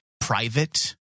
private